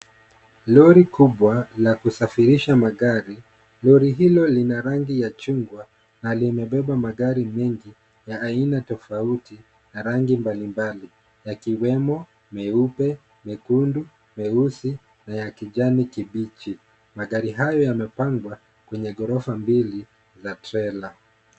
Lori kubwa la kusafirisha magari. Lori hilo lina rangi ya chungwa na limebeba magari mengi ya aina tofauti na rangi mbalimbali yakiwemo meupe, mekundu, mweusi na ya kijani kibichi. Magari hayo yamepangwa kwenye ghorofa mbili la trela.